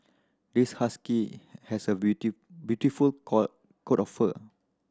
this husky has a beautiful coat of fur